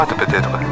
peut-être